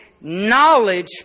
Knowledge